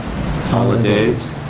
Holidays